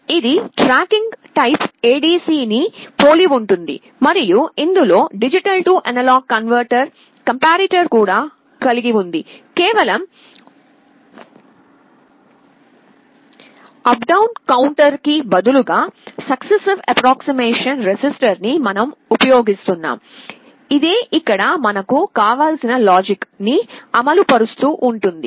ఇది tracking type ADC ని పోలి ఉంటుంది మరియు ఇందులో D A కన్వెర్టరు కంపారేటర్ కూడా కలిగి ఉంది కేవలం అప్ డౌన్ కౌంటర్ కి బదులుగా సక్సెసైవ్ అప్ప్రోక్సిమేషన్ రిజిస్టర్ ని మనం ఉపయోగిస్తున్నాంఇదే ఇక్కడ మనకు కావలసిన లాజిక్ ని అమలు పరుస్తూ ఉంటుంది